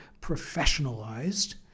professionalized